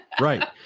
Right